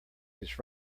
his